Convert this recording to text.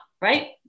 right